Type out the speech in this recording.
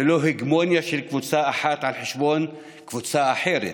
ללא הגמוניה של קבוצה אחת על חשבון הקבוצה האחרת.